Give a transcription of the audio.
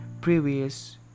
previous